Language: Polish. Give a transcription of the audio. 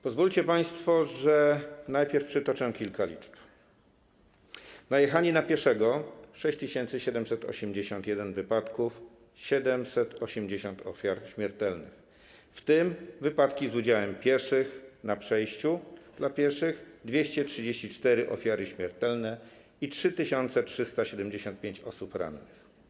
Pozwólcie państwo, że najpierw przytoczę kilka liczb: najechanie na pieszego - 6781 przypadków, 780 ofiar śmiertelnych, w tym, jeśli chodzi o wypadki z udziałem pieszych na przejściu dla pieszych, 234 ofiary śmiertelne i 3375 osób rannych.